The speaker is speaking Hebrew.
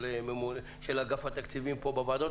את זה במנגנון יותר בטיחותי ויותר